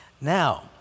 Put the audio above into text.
Now